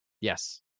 yes